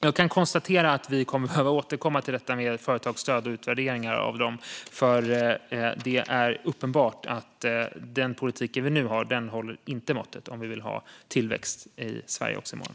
Jag kan konstatera att vi kommer att behöva återkomma till detta med företagsstöd och utvärderingar av dem, för det är uppenbart att den politik som vi nu har inte håller måttet om vi vill ha tillväxt i Sverige också i morgon.